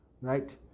Right